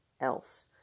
else